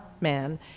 man